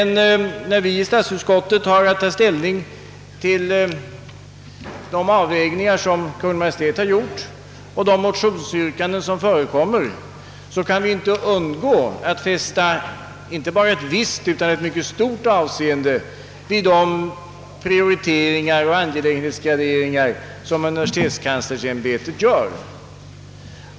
När vi i statsutskottet har att ta ställning till de avvägningar som Kungl. Maj:t gjort och de motionsyrkanden som gjorts kan vi inte undgå att fästa inte bara ett visst utan ett mycket stort avseende vid de prioriteringar och angelägenhetsgraderingar som uni versitetskanslersämbetet gör.